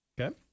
Okay